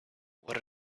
what